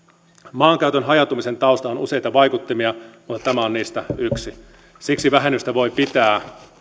maankäytön hajautumisen taustalla on useita vaikuttimia mutta tämä on niistä yksi siksi vähennystä voi pitää